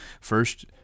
First